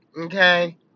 Okay